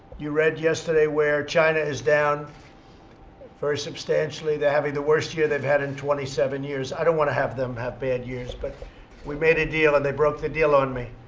you read yesterday where china is down very substantially. they're having the worst year they've had in twenty seven years. i don't want to have them have bad years. but we made a deal and they broke the deal on me.